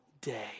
day